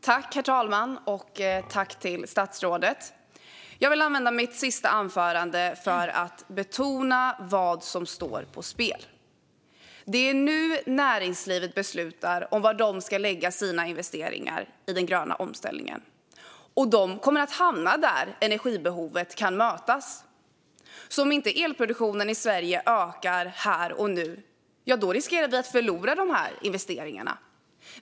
Herr talman och statsrådet! Jag vill använda mitt sista anförande för att betona vad som står på spel. Det är nu näringslivet beslutar var de ska lägga sina investeringar i den gröna omställningen, och de kommer att hamna där energibehovet kan mötas. Om inte elproduktionen i Sverige ökar här och nu riskerar vi att förlora de här investeringarna.